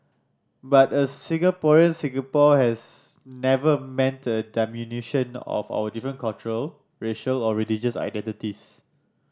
but a Singaporean Singapore has never meant a diminution of our different cultural racial or religious identities